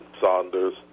Saunders